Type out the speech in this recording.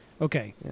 Okay